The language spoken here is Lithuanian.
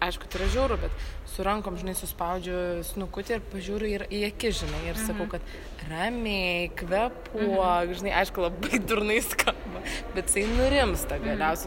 aišku tai yra žiauru bet su rankom žinai suspaudžiu snukutį ir pažiūriu ir į akis žinai ir sakau kad ramiai kvėpuok žinai aišku labai durnai skamba bet jisai nurimsta galiausiai